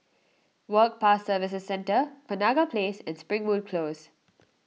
Work Pass Services Centre Penaga Place and Springwood Close